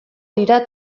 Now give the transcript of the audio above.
dira